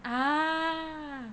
ah